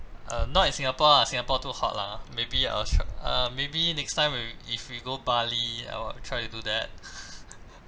uh not in singapore ah singapore too hot lah maybe I'll tr~ uh maybe next time when if we go bali I'll try to do that